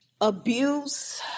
Abuse